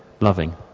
loving